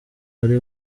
wari